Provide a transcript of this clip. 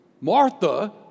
Martha